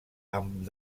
amb